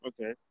Okay